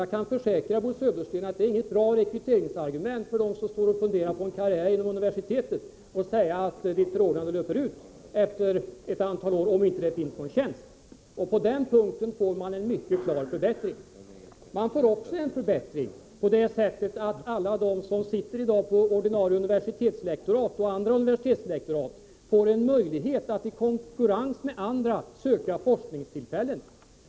Jag kan försäkra Bo Södersten att det inte är något bra rekryteringsargument för den som funderar på en karriär inom universitetet att deras förordnande löper ut efter ett antal år om det inte finns någon tjänst. På den punkten blir det en mycket klar förbättring. Det blir också en förbättring på det sättet att alla de som i dag sitter på ordinarie universitetslektorat och andra universitetslektorat får möjlighet att i konkurrens med andra söka forskningstillfällen.